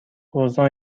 اوضاع